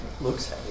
Looks